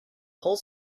whole